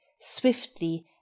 swiftly